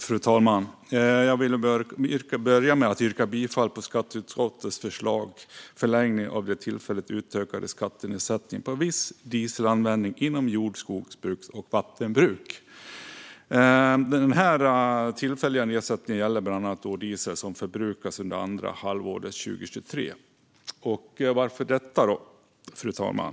Fru talman! Jag vill börja med att yrka bifall till skatteutskottets förslag i betänkandet Förlängning av den tillfälligt utökade skattenedsättningen på viss dieselanvändning inom jord , skogs och vattenbruk . Den här tillfälliga nedsättningen gäller bland annat diesel som förbrukas under det andra halvåret 2023. Varför då detta, fru talman?